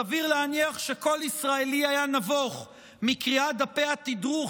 סביר להניח שכל ישראלי היה נבוך מקריאת דפי התדרוך